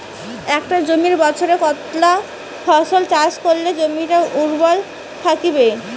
একটা জমিত বছরে কতলা ফসল চাষ করিলে জমিটা উর্বর থাকিবে?